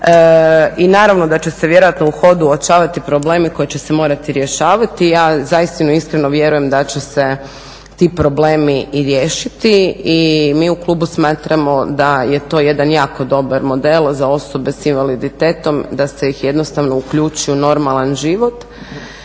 i naravno da će se vjerojatno u hodu uočavati problemi koji će se morati rješavati. Ja zaistinu iskreno vjerujem da će se ti problemi i riješiti i mi u klubu smatramo da je to jedan jako dobar model za osobe s invaliditetom, da ih se jednostavno uključi u normalan život